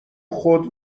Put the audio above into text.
خود